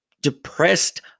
depressed